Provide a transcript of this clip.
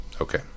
Okay